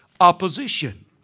opposition